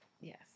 Yes